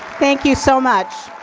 thank you so much.